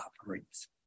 operates